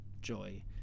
Joy